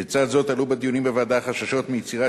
לצד זאת עלו בדיונים בוועדה חששות מיצירת